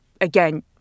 again